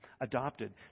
adopted